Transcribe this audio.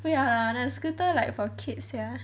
不要 lah the scooter like for kids sia